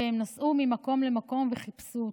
והם נסעו ממקום למקום וחיפשו אותו.